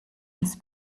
uns